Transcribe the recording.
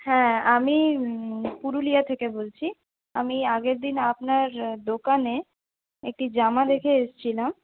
হ্যাঁ আমি পুরুলিয়া থেকে বলছি আমি আগেরদিন আপনার দোকানে একটি জামা দেখে এসেছিলাম